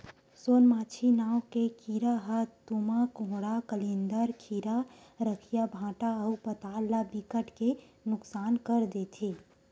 सोन मांछी नांव के कीरा ह तुमा, कोहड़ा, कलिंदर, खीरा, रखिया, भांटा अउ पताल ल बिकट के नुकसान कर देथे